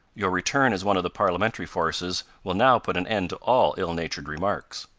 your return as one of the parliamentary forces will now put an end to all ill-natured remarks.